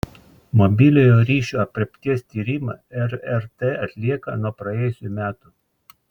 mobiliojo ryšio aprėpties tyrimą rrt atlieka nuo praėjusių metų